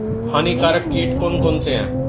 हानिकारक कीट कौन कौन से हैं?